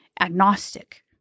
agnostic